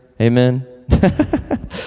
Amen